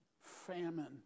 famine